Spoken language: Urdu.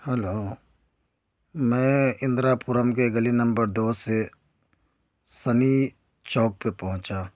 ہلو میں اندرا پورم کے گلی نمبر دو سے سنی چوک پہ پہنچا